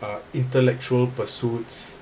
uh intellectual pursuits